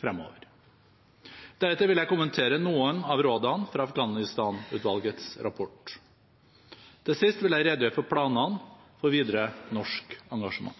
fremover. Deretter vil jeg kommentere noen av rådene fra Afghanistan-utvalgets rapport. Til sist vil jeg redegjøre for planene for videre norsk engasjement.